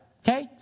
Okay